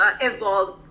evolved